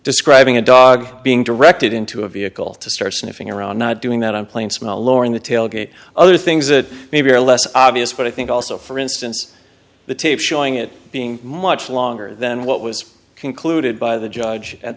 describing a dog being directed into a vehicle to start sniffing around not doing that on planes small or in the tailgate other things that maybe are less obvious but i think also for instance the tape showing it being much longer than what was concluded by the judge at